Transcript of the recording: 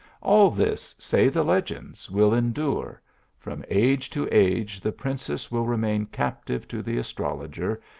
all this, say the legends, will endure from age to age the princess will remain captive to the astrologer,